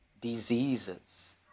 Diseases